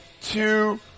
two